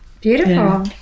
Beautiful